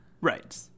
right